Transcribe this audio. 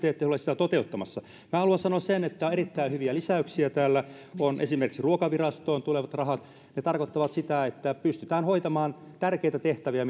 ette ole sitä toteuttamassa haluan sanoa sen että erittäin hyviä lisäyksiä täällä ovat esimerkiksi ruokavirastoon tulevat rahat ne tarkoittavat sitä että pystytään hoitamaan tärkeitä tehtäviä